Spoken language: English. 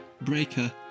Breaker